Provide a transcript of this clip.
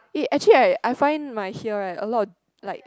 eh actually I I find my here right a lot of like